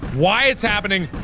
why it's happening.